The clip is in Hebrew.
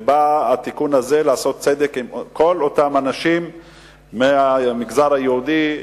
והתיקון הזה בא לעשות צדק עם כל אותם אנשים מהמגזר היהודי,